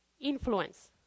Influence